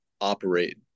operate